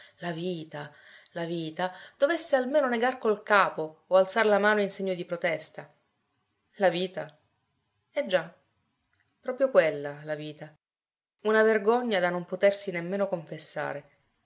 la vita la vita dovesse almeno negar col capo o alzar la mano in segno di protesta la vita eh già proprio quella la vita una vergogna da non potersi nemmeno confessare